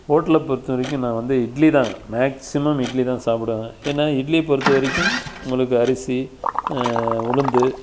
ஹோட்டலை பொறுத்தவரைக்கும் நான் வந்து இட்லி தான் மேக்சிமம் இட்லி தான் சாப்பிடுவேன் ஏன்னா இட்லி பொறுத்தவரைக்கும் உங்களுக்கு அரிசி உளுந்து